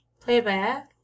Playback